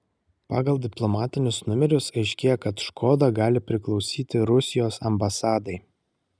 pagal diplomatinius numerius aiškėja kad škoda gali priklausyti rusijos ambasadai